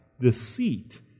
deceit